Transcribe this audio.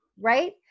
right